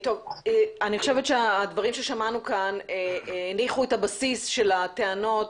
אני חושבת שהדברים ששמענו כאן הניחו את הבסיס של הטענות,